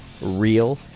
real